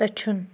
دٔچھُن